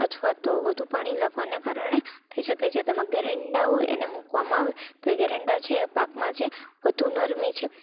અથવા તો વધુ પાણી લાગવાના લોકોને કારણે થઈ શકે છે તેમાં ઘેરંડા હોય એને મુકવામાં આવે તો જે ઘેરંડા છે તે પાકમાં વધારે નરમી હોય તેને શોષી લે પાક